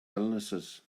illnesses